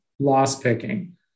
loss-picking